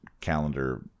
calendar